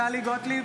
גוטליב,